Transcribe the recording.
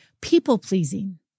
People-pleasing